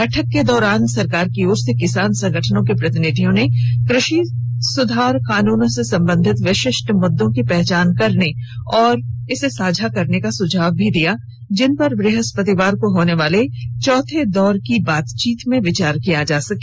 बैठक के दौरान सरकार की ओर से किसान संगठनों के प्रतिनिधियों को कृषि सुधार कानूनो से संबंधित विशिष्ट मुद्दों की पहचान करने और साझा करने का सुझाव दिया गया जिन पर बृहस्पतिवार को होने वाली चौथे दौर की बातचीत में विचार किया जा सके